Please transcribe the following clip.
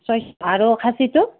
ছয়শ আৰু খাচীটো